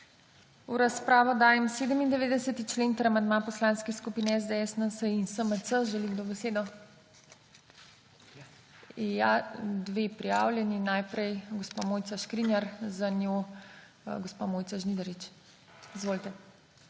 V razpravo dajem 97. člen ter amandma poslanskih skupin SDS, NSi in SMC. Želi kdo besedo? Da, dve prijavljeni. Najprej gospa Mojca Škrinjar, za njo gospa Mojca Žnidarič. Izvolite.